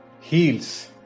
heals